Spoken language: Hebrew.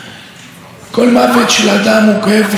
כל אדם הוא עולם ומלואו,